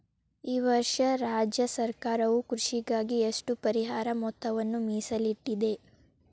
ಈ ವರ್ಷ ರಾಜ್ಯ ಸರ್ಕಾರವು ಕೃಷಿಗಾಗಿ ಎಷ್ಟು ಪರಿಹಾರ ಮೊತ್ತವನ್ನು ಮೇಸಲಿಟ್ಟಿದೆ?